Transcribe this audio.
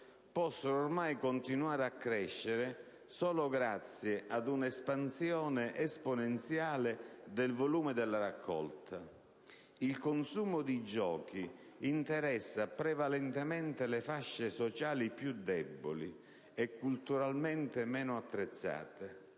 possono ormai continuare a crescere solo grazie a un'espansione esponenziale del volume della raccolta. Il consumo di giochi interessa prevalentemente le fasce sociali più deboli e culturalmente meno attrezzate: